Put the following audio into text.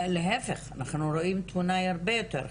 להיפך, אנחנו רואים תמונה הרבה יותר חמורה.